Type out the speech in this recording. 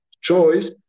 choice